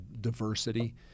diversity